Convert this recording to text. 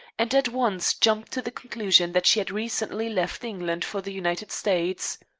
and at once jumped to the conclusion that she had recently left england for the united states.